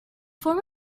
form